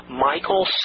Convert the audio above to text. Michael